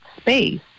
space